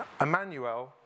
Emmanuel